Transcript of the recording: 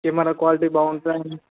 camera quality బాగుంటుంది